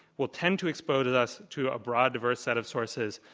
will tend to expose us to a broad diverse set of sources,